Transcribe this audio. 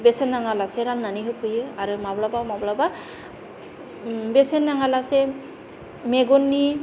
बेसेन नाङा लासे राननानै होफैयो आरो माब्लाबा माब्लाबा बेसेन नाङा लासे मेगननि